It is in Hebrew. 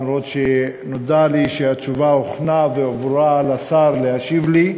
אף-על-פי שנודע לי שהתשובה הוכנה והועברה לשר להשיב לי,